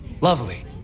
Lovely